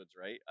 right